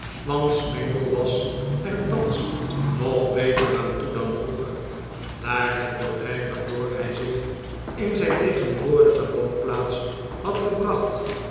want smangle was er thans nog betef aan toe dan vroeger daar het bedrijf waardoor hij zi ch in zijn tegenwoordige woonplaats had gebracht